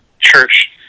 church